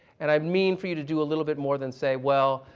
and i mean for you to do a little bit more than say, well,